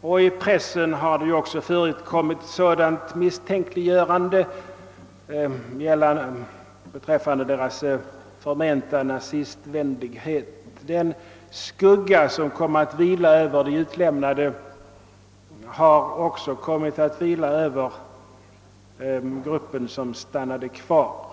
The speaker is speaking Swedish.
och i pressen har det också förekommit misstänkliggörande beträffande balternas förmenta nazistvänlighet. Den skugga som kom att vila över de utlämnade har också kommit att vila över gruppen som stannade kvar.